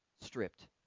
stripped